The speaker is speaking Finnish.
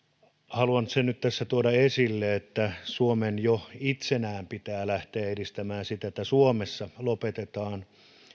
haluan sen nyt tässä tuoda esille että suomen jo itsenään pitää lähteä edistämään sitä että suomessa lopetetaan